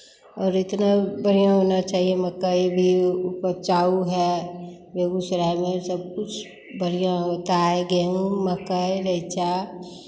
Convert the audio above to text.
और इतना बढ़ियाँ होना चाहिए मकई भी उपजाऊ है बेगूसराय में सब कुछ बढ़ियाँ होता है गेहूँ मकई रैंचा